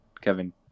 Kevin